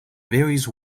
varies